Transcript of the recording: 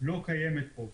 לא קיימת פה.